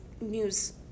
news